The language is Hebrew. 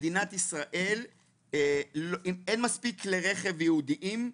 למדינת ישראל אין מספיק כלי רכב ייעודיים,